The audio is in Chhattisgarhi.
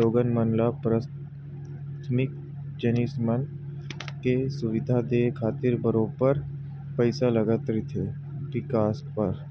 लोगन मन ल पराथमिक जिनिस मन के सुबिधा देय खातिर बरोबर पइसा लगत रहिथे बिकास बर